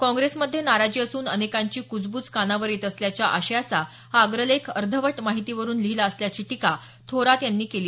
काँग्रेसमध्ये नाराजी असून अनेकांची कुजबुज कानावर येत असल्याच्या आशयाचा हा अग्रलेख अर्धवट माहितीवरून लिहिला असल्याची टीका थोरात यांनी केली